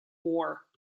war